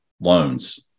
loans